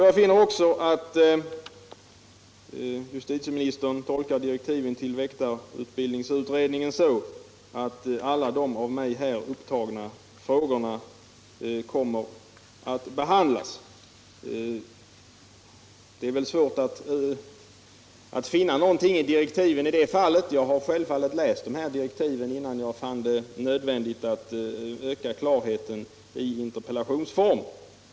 Jag finner också att justitieministern tolkar direktiven till väktarutbildningsutredningen så att alla de av mig här upptagna frågorna kommer att behandlas. Det är svårt att finna någonting i direktiven i det fallet. Jag har självfallet läst dessa direktiv innan jag fann det nödvändigt att via interpellation få ökad klarhet.